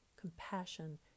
compassion